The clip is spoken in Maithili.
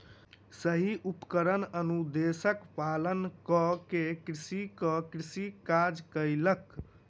सही उपकरण अनुदेशक पालन कअ के कृषक कृषि काज कयलक